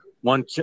one